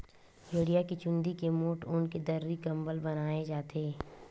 भेड़िया के चूंदी के मोठ ऊन के दरी, कंबल बनाए जाथे